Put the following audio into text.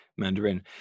mandarin